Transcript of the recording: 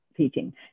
teaching